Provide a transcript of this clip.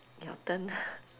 your turn